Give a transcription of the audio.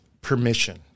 permission